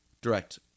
Direct